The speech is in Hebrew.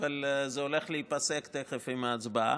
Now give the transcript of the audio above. אבל זה הולך להיפסק תכף עם ההצבעה.